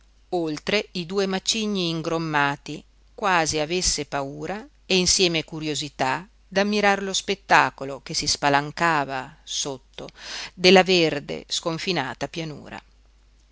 oltre due macigni ingrommati quasi avesse paura e insieme curiosità d'ammirar lo spettacolo che si spalancava sotto della verde sconfinata pianura